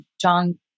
John